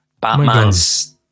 Batman's